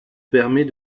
permet